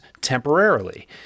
temporarily